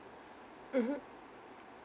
mmhmm